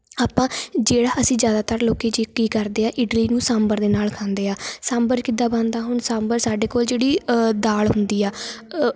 ਆਪਾਂ ਜਿਹੜਾ ਅਸੀਂ ਜ਼ਿਆਦਾਤਰ ਲੋਕ ਜਿ ਕੀ ਕਰਦੇ ਆ ਕਿ ਇਡਲੀ ਨੂੰ ਸਾਂਬਰ ਦੇ ਨਾਲ ਖਾਂਦੇ ਆ ਸਾਂਬਰ ਕਿੱਦਾਂ ਬਣਦਾ ਹੁਣ ਸਾਂਬਰ ਸਾਡੇ ਕੋਲ ਜਿਹੜੀ ਦਾਲ ਹੁੰਦੀ ਆ